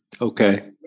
Okay